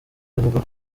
avuga